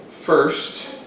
first